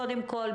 קודם כול,